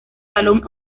balón